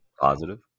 positive